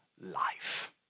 life